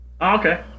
Okay